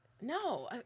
No